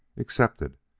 accepted,